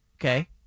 Okay